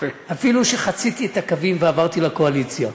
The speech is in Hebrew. אפילו שחציתי את הקווים ועברתי לקואליציה.